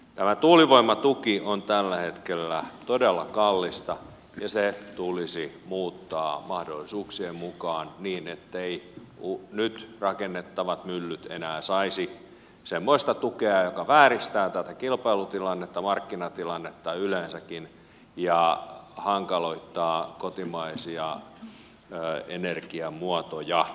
tämä tuulivoimatuki on tällä hetkellä todella kallista ja se tulisi muuttaa mahdollisuuksien mukaan niin etteivät nyt rakennettavat myllyt enää saisi semmoista tukea joka vääristää tätä kilpailutilannetta markkinatilannetta yleensäkin ja hankaloittaa kotimaisia energiamuotoja